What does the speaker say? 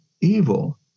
evil